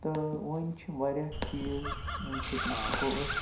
تہٕ وُنہِ چھِ واریاہ چیٖز ییٚمہِ سٍتۍ ہیٚکو ٲسۍ